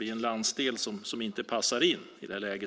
en landsdel som inte passar in.